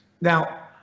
Now